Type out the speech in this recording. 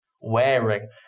wearing